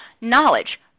Knowledge